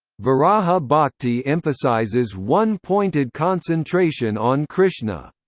viraha bhakti emphasizes one pointed concentration on krishna.